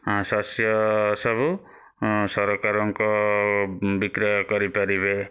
ଶସ୍ୟ ସବୁ ସରକାରଙ୍କ ବିକ୍ରୟ କରିପାରିବେ